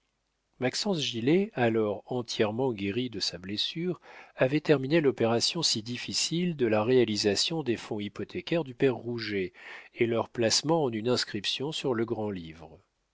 gilet alors entièrement guéri de sa blessure avait terminé l'opération si difficile de la réalisation des fonds hypothécaires du père rouget et leur placement en une inscription sur le grand-livre